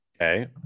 Okay